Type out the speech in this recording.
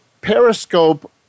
Periscope